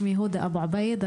שמי הודא אבו עבייד,